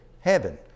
heaven